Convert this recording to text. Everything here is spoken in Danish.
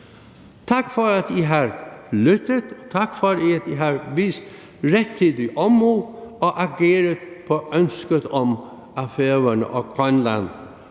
Tak for at I har lyttet. Tak for at I har vist rettidig omhu og ageret på ønsket om, at Færøerne og Grønland